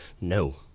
no